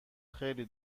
خیلی